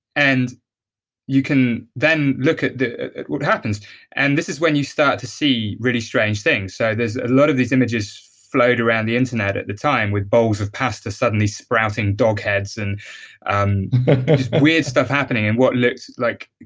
and you can then look at what happens and this is when you start to see really strange things. so a lot of these images float around the internet at the time with bowls of pasta suddenly sprouting dog heads and and just weird stuff happening in and what looks like,